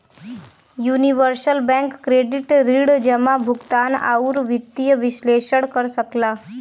universal bank credit ऋण जमा, भुगतान, आउर वित्तीय विश्लेषण कर सकला